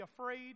afraid